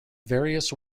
various